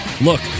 Look